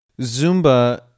Zumba